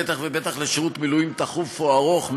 ובטח ובטח לשירות מילואים תכוף או ארוך,